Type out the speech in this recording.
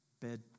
bed